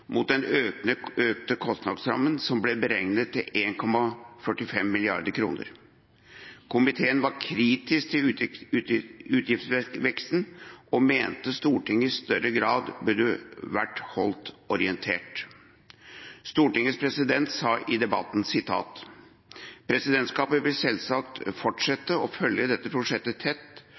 mot den økte kostnadsrammen som ble beregnet til 1,45 mrd. kr. Komiteen var kritisk til utgiftsveksten og mente Stortinget i større grad burde vært holdt orientert. Stortingets president sa i debatten: «Presidentskapet vil selvsagt fortsette å følge dette prosjektet tett